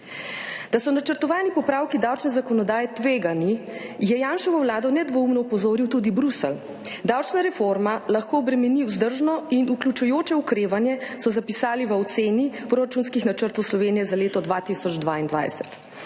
Da so načrtovani popravki davčne zakonodaje tvegani je Janševo vlado nedvoumno opozoril tudi Bruselj. Davčna reforma lahko obremeni vzdržno in vključujoče okrevanje, so zapisali v oceni proračunskih načrtov Slovenije za leto 2022.